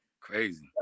Crazy